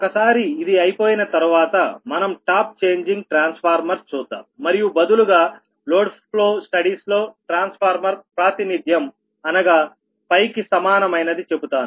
ఒకసారి ఇది అయిపోయిన తర్వాత మనం టాప్ ఛేంజింగ్ ట్రాన్స్ఫార్మర్స్ చూద్దాం మరియు బదులుగా లోడ్ ఫ్లో స్టడీస్ లో ట్రాన్స్ఫార్మర్ ప్రాతినిథ్యం అనగా π కి సమానమైనది చెబుతాను